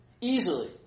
Easily